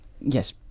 Yes